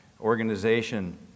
organization